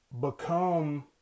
become